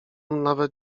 nawet